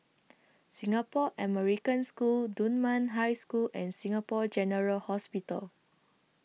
Singapore American School Dunman High School and Singapore General Hospital